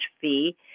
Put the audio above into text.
fee